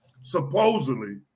supposedly